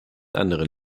anderen